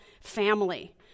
family